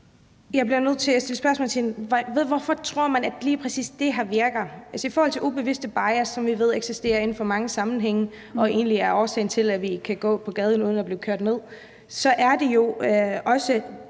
Jeg bliver nødt til at stille spørgsmålet: Hvorfor tror man, at lige præcis det her virker? Altså, i forhold til ubevidste bias, som vi ved eksisterer inden for mange sammenhænge og egentlig er årsagen til, at vi kan gå på gaden uden at blive kørt ned, er der jo også